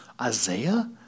Isaiah